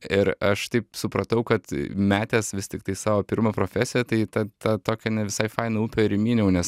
ir aš taip supratau kad metęs vis tiktai savo pirmą profesiją tai ta tą tokią nevisai fainą upę ir įmyniau nes